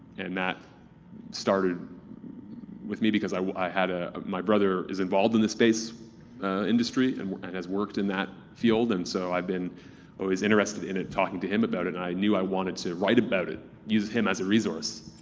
and that started with me because i i had a. my brother is involved in the space industry and and has worked in that field. and so i've been always interested in it, talking to him about it, and i knew i wanted to write about it, use him as a resource.